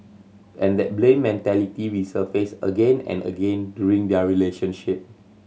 and that blame mentality resurfaced again and again during their relationship